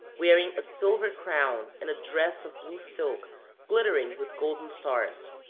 wearing a silver crown and a dress of blue silk glittering with golden stars.